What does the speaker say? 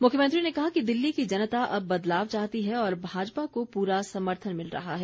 मुख्यमंत्री ने कहा कि दिल्ली की जनता अब बदलाव चाहती है और भाजपा को पूरा समर्थन मिल रहा है